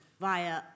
via